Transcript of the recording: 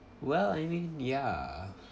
well I mean ya